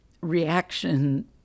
reaction